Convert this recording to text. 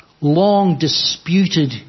long-disputed